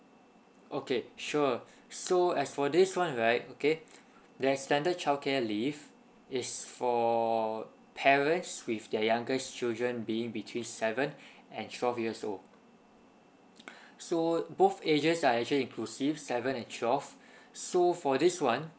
okay sure so as for this one right okay the extended childcare leave it's for parents with their youngest children being between seven and twelve years old so both ages are actually inclusive seven and twelve so for this one